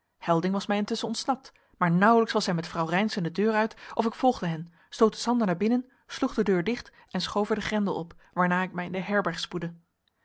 helding was mij intusschen ontsnapt maar nauwelijks was hij met vrouw reynszen de deur uit of ik volgde hen stootte sander naar binnen sloeg de deur dicht en schoof er den grendel op waarna ik mij in de herberg spoedde